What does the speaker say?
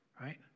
right